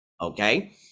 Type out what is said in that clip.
okay